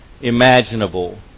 imaginable